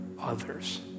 others